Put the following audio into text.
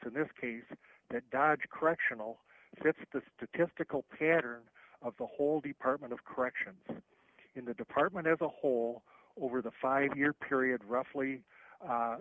in this case that dodge correctional fits the statistical pattern of the whole department of corrections in the department as a whole over the five year period roughly